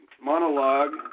monologue